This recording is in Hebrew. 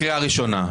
קריאה ראשונה.